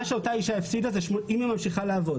מה שאותה אישה שממשיכה לעבוד